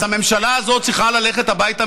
אז הממשלה הזאת צריכה ללכת הביתה,